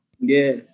Yes